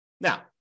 Now